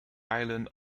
island